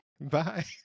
Bye